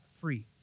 free